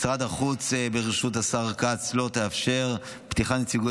משרד החוץ בראשות השר כץ לא יאפשר פתיחת נציגויות